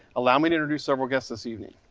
allow me to introduce several guests this evening